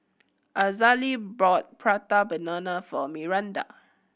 Azalee bought Prata Banana for Miranda